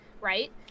right